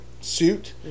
suit